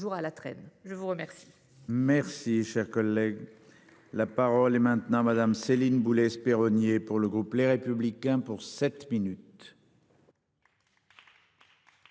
Je vous remercie,